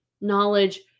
knowledge